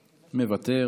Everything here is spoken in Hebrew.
מוותר,